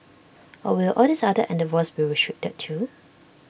or will all these other endeavours be restricted too